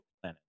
planet